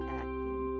acting